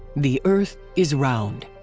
the earth is round.